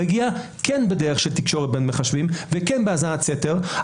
מגיע כן בדרך של תקשורת בין מחשבים וכן בהאזנת סתר,